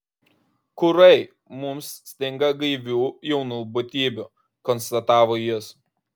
kūrai mums stinga gaivių jaunų būtybių konstatavo jis